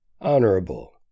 honorable